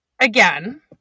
again